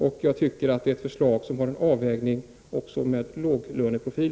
Det är ett förslag som har en avvägning med låglöneprofil.